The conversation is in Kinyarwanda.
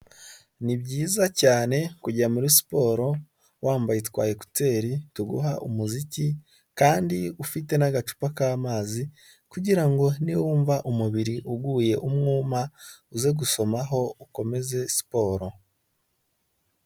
Ni byiza cyane kujya muri siporo, wambaye twa ekuteri tuguha umuziki, kandi ufite n'agacupa k'amazi kugira ngo niwumva umubiri uguye umwuma, uze gusomaho ukomeze siporo.